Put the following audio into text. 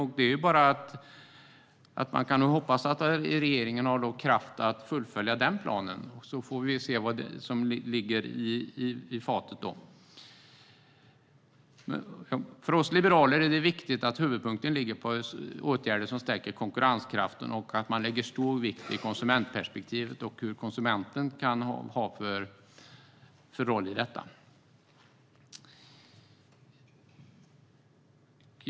Man får bara hoppas att regeringen har kraft att fullfölja den planen. Sedan får vi se vad som kommer. För oss liberaler är det viktigt att huvudpunkten ligger på åtgärder som stärker konkurrenskraften och att man lägger stor vikt vid konsumentperspektivet och vilken roll som konsumenten kan ha i detta.